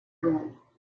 rule